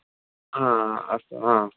हा अस्तु ह